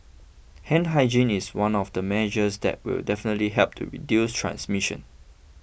hand hygiene is one of the measures that will definitely help to reduce transmission